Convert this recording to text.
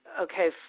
okay